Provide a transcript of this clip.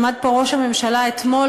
עמד פה ראש הממשלה אתמול,